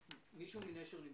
מנשר,